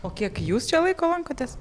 o kiek jūs čia laiko lankotės